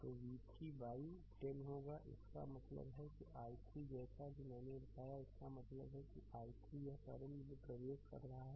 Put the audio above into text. तो यह v3 बाइ10 होगा इसका मतलब है और i3 जैसा कि मैंने बताया इसका मतलब है कि i3 यह करंट प्रवेश कर रहा है